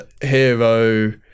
hero